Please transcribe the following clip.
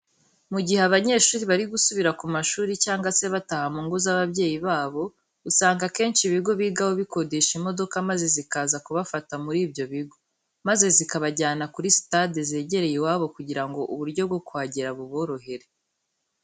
Mu gihe abanyeshuri bari gusubira ku mashuri cyangwa se bataha mu ngo z'ababyeyi babo, usanga akenshi ibigo bigaho bikodesha imodoka maze zikaza kubafata muri ibyo bigo, maze zikabajyana kuri sitade zegereye iwabo kugira ngo uburyo bwo kuhagera buborohere.